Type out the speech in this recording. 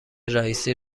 رییسی